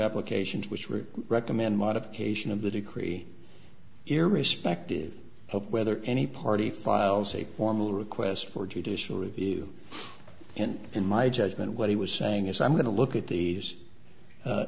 applications which were recommend modification of the decree irrespective of whether any party files a formal request for judicial review and in my judgment what he was saying is i'm going to look at these